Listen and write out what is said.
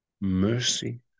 Mercy